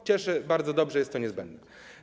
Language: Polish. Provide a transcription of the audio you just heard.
To cieszy, bardzo dobrze, jest to niezbędne.